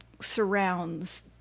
surrounds